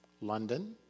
London